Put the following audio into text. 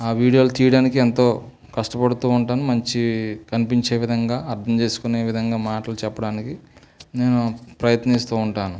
ఆ వీడియోలు తీయడానికి ఎంతో కష్టపడుతూ ఉంటాను మంచి కనిపించే విధంగా అర్థం చేసుకునే విధంగా మాటలు చెప్పడానికి నేను ప్రయత్నిస్తూ ఉంటాను